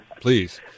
please